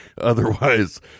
otherwise